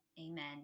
amen